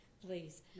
Please